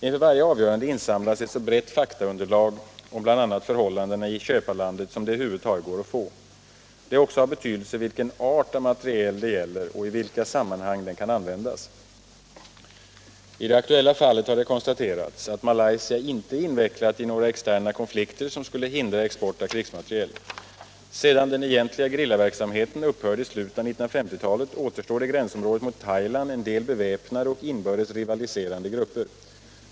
Inför varje avgörande insamlas ett så brett faktaunderlag om bl.a. förhållandena i köparlandet som det över huvud taget går att få. Det är också av betydelse vilken art av materiel det gäller och i vilka sammanhang den kan användas. I det aktuella fallet har det konstaterats att Malaysia inte är invecklat i några externa konflikter som skulle hindra export av krigsmateriel. Sedan den egentliga gerillaverksamheten upphörde i slutet av 1950-talet återstår i gränsområdet mot Thailand en del beväpnade och inbördes Om villkoren för rivaliserande grupper.